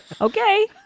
Okay